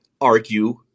argue